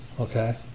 Okay